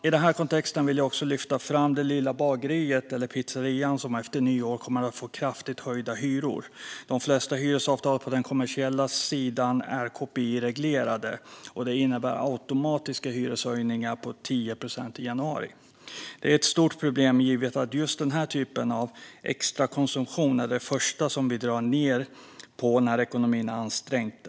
I den här kontexten vill jag också lyfta fram det lilla bageriet eller pizzerian som efter nyår kommer att få kraftigt höjda hyror. De flesta hyresavtal på den kommersiella sidan är KPI-reglerade, och det innebär automatiska hyreshöjningar på 10 procent i januari. Det är ett stort problem givet att just den här typen av extrakonsumtion är det första som vi drar ned på när ekonomin är ansträngd.